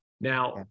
Now